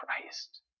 Christ